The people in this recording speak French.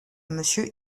monsieur